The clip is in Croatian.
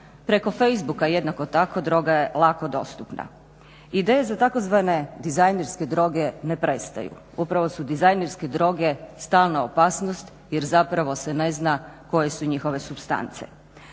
preko Facebooka jednako tako droga je lako dostupna. Ideje za tzv. dizajnerske droge ne prestaju, upravo su dizajnerske droge stalna opasnost jer zapravo se ne zna koje su njihove supstance.